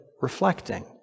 reflecting